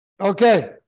Okay